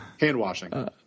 hand-washing